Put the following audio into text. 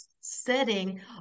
setting